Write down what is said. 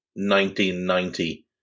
1990